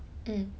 mm